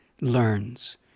learns